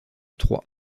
trois